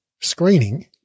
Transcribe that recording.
screening